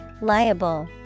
Liable